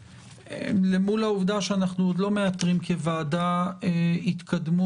למול העובדה שאנחנו עוד לא מאתרים כוועדה התקדמות